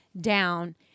down